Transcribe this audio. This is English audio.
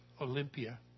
Olympia